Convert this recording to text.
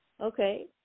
Okay